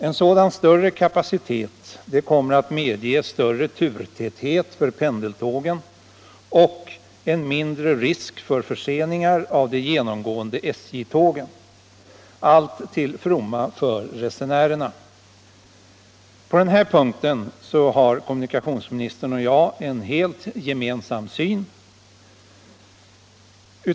En sådan större kapacitet kommer att medge större turtäthet för pendeltågen och mindre risk för förseningar av de genomgående SJ-tågen -— allt till fromma för resenärerna. På den här punkten har kommunikationsministern och jag en helt gemensam syn.